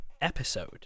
episode